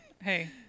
Hey